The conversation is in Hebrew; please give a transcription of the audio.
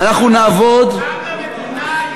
ומה המדינה,